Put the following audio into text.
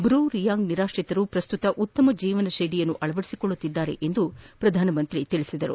Bru Reang ನಿರಾತ್ರಿತರು ಪ್ರಸ್ತುತ ಉತ್ತಮ ಜೀವನ ಶೈಲಿಯನ್ನು ಅಳವಡಿಸಿಕೊಳ್ಳುತ್ತಿದ್ದಾರೆ ಎಂದು ಪ್ರಧಾನಿ ಹೇಳಿದರು